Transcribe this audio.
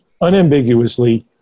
unambiguously